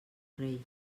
rei